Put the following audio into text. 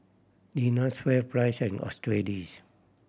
Lenas FairPrice and Australis